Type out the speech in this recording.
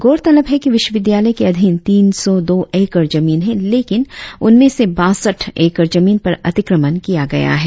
गौरतलव है कि विश्वविद्यालय के अधिन तीन सौ दो एकड़ जमीन है लेकिन उनमें से बासठ एकड़ जमीन पर अतीक्रमण किया गया है